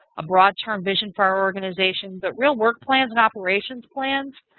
a broad term vision for our organization. but real work plans and operations plans,